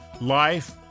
life